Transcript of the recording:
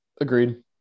Agreed